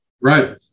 Right